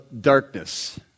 darkness